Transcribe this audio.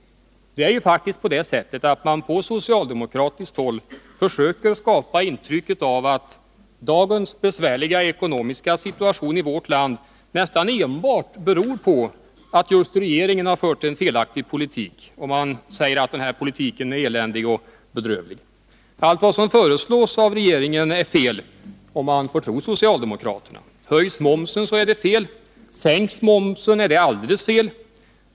Det är faktiskt på det sättet att man på socialdemokratiskt håll försöker skapaiintryck av att dagens besvärliga ekonomiska situation i vårt land nästan enbart beror på att regeringen har fört en felaktig politik, och man säger att den här politiken är eländig och bedrövlig. Allt vad som föreslås av regeringen är fel, om man får tro socialdemokraterna. Höjs momsen är det fel. Sänks momsen är det alldeles fel.